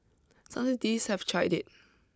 some cities have tried it